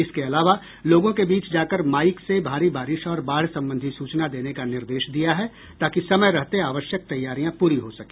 इसके अलावा लोगों के बीच जाकर माइक से भारी बारिश और बाढ़ संबंधी सूचना देने का निर्देश दिया है ताकि समय रहते आवश्यक तैयारियां पूरी हो सके